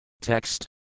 Text